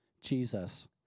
Jesus